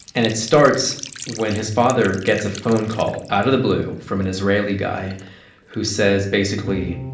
and it starts when his father gets a phone call out of the blue from an israeli guy who says, basically,